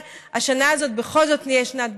השנה הזאת בכל זאת תהיה שנת בצורת.